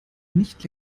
nicht